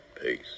peace